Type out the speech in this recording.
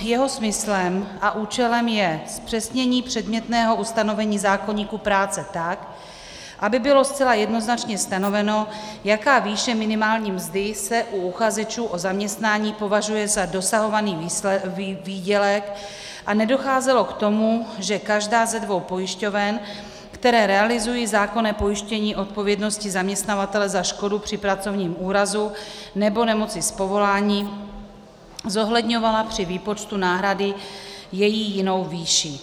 Jeho smyslem a účelem je zpřesnění předmětného ustanovení zákoníku práce tak, aby bylo zcela jednoznačně stanoveno, jaká výše minimální mzdy se u uchazečů o zaměstnání považuje za dosahovaný výdělek, a nedocházelo k tomu, že každá ze dvou pojišťoven, které realizují zákonné pojištění odpovědnosti zaměstnavatele za škodu při pracovním úrazu nebo nemoci z povolání, zohledňovala při výpočtu náhrady její jinou výši.